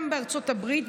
גם בארצות הברית,